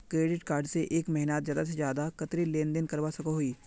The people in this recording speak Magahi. क्रेडिट कार्ड से एक महीनात ज्यादा से ज्यादा कतेरी लेन देन करवा सकोहो ही?